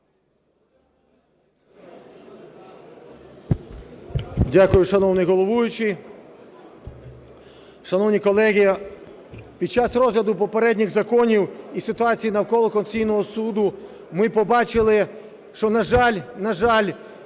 Дякую. Шановний головуючий, шановні колеги, під час розгляду попередніх законів і ситуації навколо Конституційного Суду ми побачили, що, на жаль, дуже